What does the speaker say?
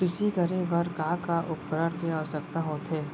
कृषि करे बर का का उपकरण के आवश्यकता होथे?